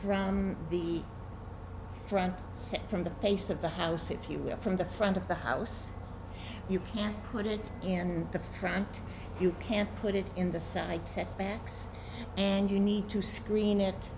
from the front from the face of the house if you will from the front of the house you can put it in the front you can't put it in the side setbacks and you need to screen it